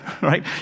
right